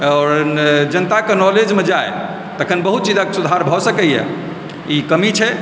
आओर जनताके नॉलेजमे जाइ तखन बहुत चीजके सुधार भऽ सकैए ई कमी छै